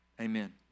amen